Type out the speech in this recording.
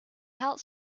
helps